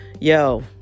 Yo